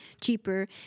cheaper